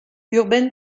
urbaine